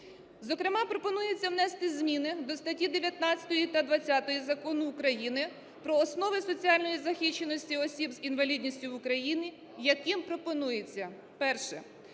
Зокрема, пропонується внести зміни до статті 19 та 20 Закону України "Про основи соціальної захищеності осіб з інвалідністю в Україні", яким пропонується: перше